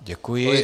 Děkuji.